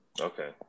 Okay